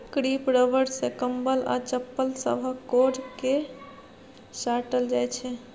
crepe rubber सँ कंबल आ चप्पल सभक कोर केँ साटल जाइ छै